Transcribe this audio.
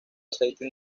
aceite